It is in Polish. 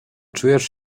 czujesz